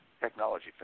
technology